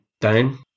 down